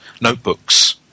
notebooks